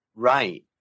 Right